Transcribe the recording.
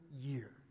year